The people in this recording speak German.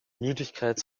müdigkeit